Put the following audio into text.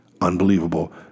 unbelievable